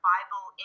Bible